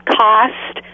cost